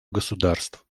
государств